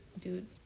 dude